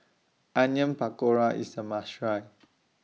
Onion Pakora IS A must Try